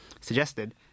suggested